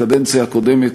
בקדנציה הקודמת